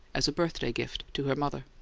as a birthday gift to her mother.